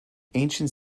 ancient